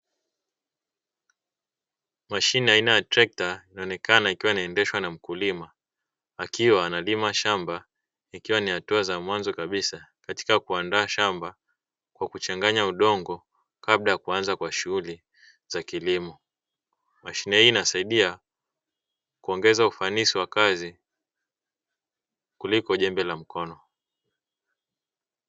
Mashine ya aina ya trekta inaonekana ikiwa inaendeshwa na mkulima akiwa analima shamba, ikiwa ni hatua za mwanzo kabisa katika kuandaa shamba kwa kuchanganya udongo kabla ya kuanza kwa shughuli za kilimo. Mashine hii inasaidia kuongeza ufanisi wa kazi kuliko jembe la mkono.